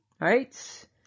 Right